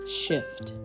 shift